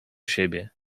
siebie